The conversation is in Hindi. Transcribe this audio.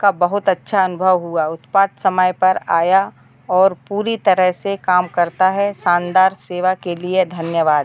का बहुत अच्छा अनुभव हुआ उत्पाद समय पर आया और पूरी तरह से काम करता है शानदार सेवा के लिए धन्यवाद